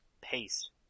paste